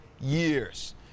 years